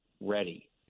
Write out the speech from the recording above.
ready